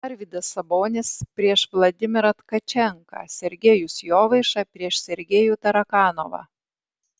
arvydas sabonis prieš vladimirą tkačenką sergejus jovaiša prieš sergejų tarakanovą